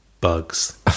Bugs